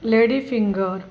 lady finger